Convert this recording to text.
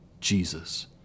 Jesus